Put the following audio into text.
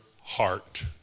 heart